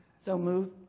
so moved.